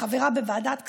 כחברה בוועדת כספים,